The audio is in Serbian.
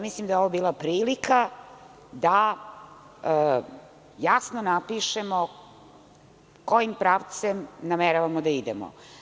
Mislim da je ovo bila prilika da jasno napišemo kojim pravcem nameravamo da idemo.